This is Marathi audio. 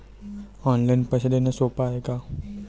ऑनलाईन पैसे देण सोप हाय का?